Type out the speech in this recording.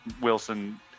Wilson